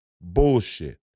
bullshit